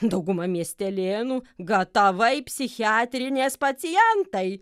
dauguma miestelėnų gatavai psichiatrinės pacientai